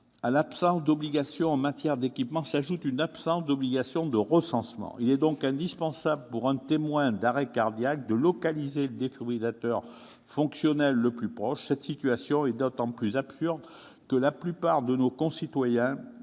à l'absence d'obligation en matière d'équipement s'ajoute une absence d'obligation de recensement. Il est pourtant indispensable pour un témoin d'arrêt cardiaque de localiser le défibrillateur fonctionnel le plus proche. Cette situation est d'autant plus absurde que la plupart de nos concitoyens